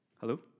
Hello